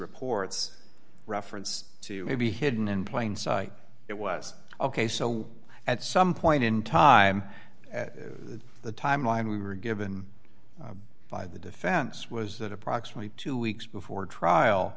reports reference to maybe hidden in plain sight it was ok so at some point in time at the time line we were given by the defense was that approximately two weeks before trial